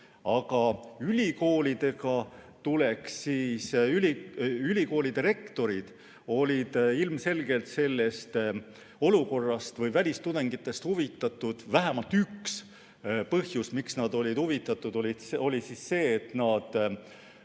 likvideerime. Ülikoolide rektorid olid ilmselgelt sellest olukorrast või välistudengitest huvitatud. Vähemalt üks põhjus, miks nad olid huvitatud, oli see, et